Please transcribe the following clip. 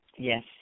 Yes